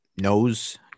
knows